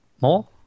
More